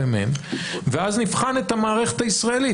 ואז נבחן את המערכת הישראלית.